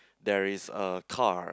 there is a car